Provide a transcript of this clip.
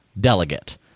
delegate